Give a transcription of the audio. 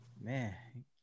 Man